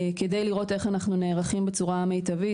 כדי לראות איך אנחנו נערכים בצורה מיטבית,